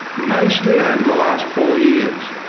mostly over the last four years,